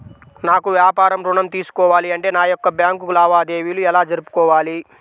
నాకు వ్యాపారం ఋణం తీసుకోవాలి అంటే నా యొక్క బ్యాంకు లావాదేవీలు ఎలా జరుపుకోవాలి?